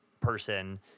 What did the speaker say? person